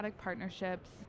partnerships